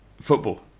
football